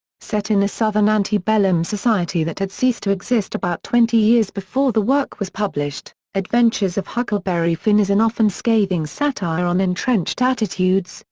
set in a southern antebellum society that had ceased to exist about twenty years before the work was published, adventures of huckleberry finn is an often scathing satire on entrenched attitudes,